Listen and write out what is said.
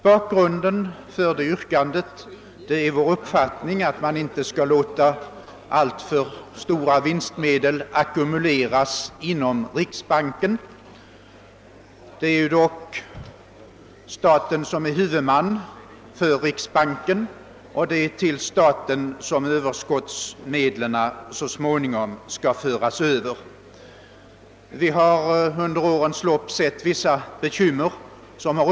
Bakgrunden till det yrkandet är vår uppfattning, att man inte bör låta alltför stora vinstmedel ackumuleras inom riksbanken — det är dock staten som är huvudman för riksbanken, och det är till staten som överskottsmedlen så småningom skall föras över. Vi har under årens lopp sett att vissa bekymmer har.